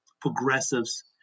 Progressives